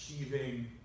achieving